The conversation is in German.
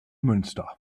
münster